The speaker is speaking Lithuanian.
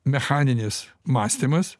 mechaninis mąstymas